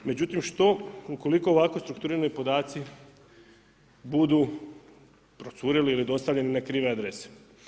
Međutim, što ukoliko ovako strukturirani podaci budu procurili ili dostavljeni na krive adrese?